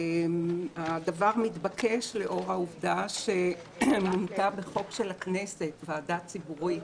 הדבר מתבקש לאור העובדה שמונתה בחוק של הכנסת ועדה ציבורית